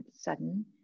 sudden